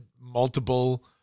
multiple